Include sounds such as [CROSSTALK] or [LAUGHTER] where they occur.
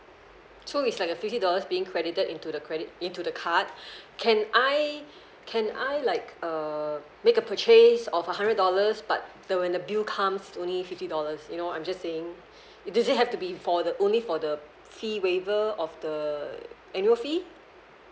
so it's like a fifty dollars being credited into the credit into the card [BREATH] can I can I like uh make the purchase of a hundred dollars but the when the bill comes it only fifty dollars you know I'm just saying [BREATH] it doesn't have to be for the only for the fee waiver of the annual fee